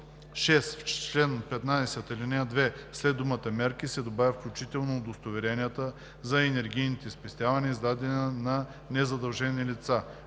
В чл. 15, ал. 2 след думата „мерки“ се добавя „включително удостоверенията за енергийните спестявания, издадени на незадължени лица.“